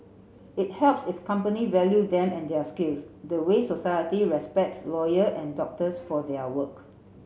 it helps if company value them and their skills the way society respects lawyer and doctors for their work